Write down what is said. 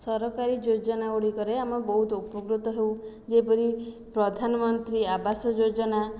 ସରକାରୀ ଯୋଜନା ଗୁଡ଼ିକରେ ଆମେ ବହୁତ ଉପକୃତ ହେଉ ଯେପରି ପ୍ରଧାନମନ୍ତ୍ରୀ ଆବାସ ଯୋଜନା